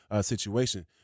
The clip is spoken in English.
situation